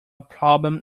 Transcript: problem